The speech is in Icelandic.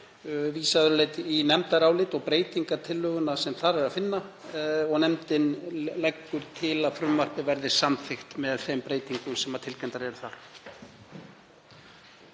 að öðru leyti í nefndarálit og breytingartillöguna sem þar er að finna. Nefndin leggur til að frumvarpið verði samþykkt með þeim breytingum sem tilgreindar eru þar.